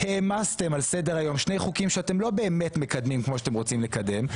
העמסתם על סדר היום שני חוקים שאתם לא באמת מקדמים כמו שאתם רוצים לקדם,